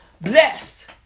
blessed